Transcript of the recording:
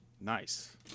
Nice